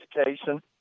education